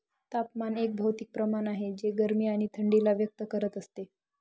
तापमान एक भौतिक प्रमाण आहे जे गरमी आणि थंडी ला व्यक्त करत असते